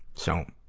so,